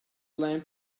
lamp